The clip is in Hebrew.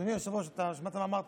אדוני היושב-ראש, שמעת מה אמרתי?